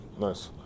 Nice